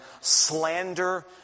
slander